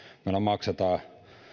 meille maksetaan